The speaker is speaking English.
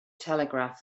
telegraph